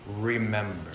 remember